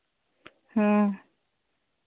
ᱦᱮᱸ